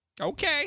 Okay